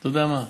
אתה יודע מה,